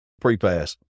pre-pass